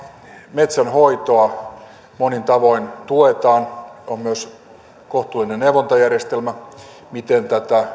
metsänhoitoa monin tavoin tuetaan on myös kohtuullinen neuvontajärjestelmä miten